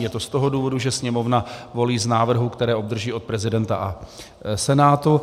Je to z toho důvodu, že Sněmovna volí z návrhů, které obdrží od prezidenta a Senátu.